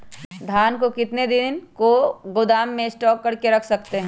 धान को कितने दिन को गोदाम में स्टॉक करके रख सकते हैँ?